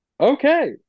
Okay